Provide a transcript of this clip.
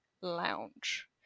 lounge